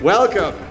Welcome